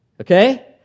okay